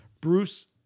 Bruce